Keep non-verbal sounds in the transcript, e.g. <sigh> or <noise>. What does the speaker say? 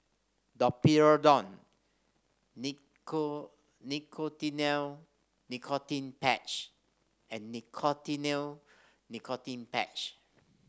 Domperidone <unintelligible> Nicotinell Nicotine Patch and Nicotinell Nicotine Patch